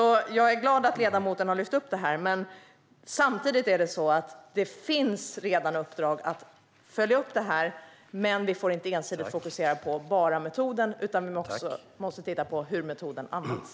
Jag är glad att ledamoten har lyft upp frågan. Det finns redan uppdrag att följa upp frågan, men vi får inte ensidigt fokusera på bara metoden, utan vi måste också titta på hur metoden används.